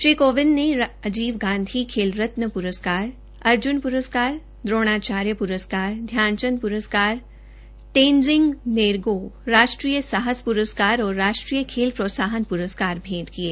श्री कोविंद ने राजीव गांधी खेल रत्न पुरस्कार अर्जुन पुरस्कार द्रोणाचार्य पुरस्कार ध्यानचंद पुरस्कार तेनजिंद नोरगे राष्ट्रीय साहस पुरस्कार और राष्ट्रीय खेल प्रोत्साहन पुरस्कार भेंट किए